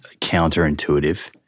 counterintuitive